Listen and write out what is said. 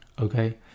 okay